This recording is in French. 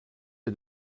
est